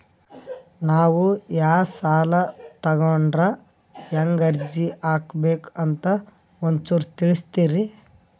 ನಾವು ಯಾ ಸಾಲ ತೊಗೊಂಡ್ರ ಹೆಂಗ ಅರ್ಜಿ ಹಾಕಬೇಕು ಅಂತ ಒಂಚೂರು ತಿಳಿಸ್ತೀರಿ?